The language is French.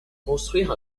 construire